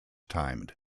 timed